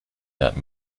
that